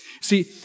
See